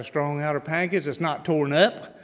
strong outer package that's not torn up.